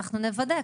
אנחנו מוודא,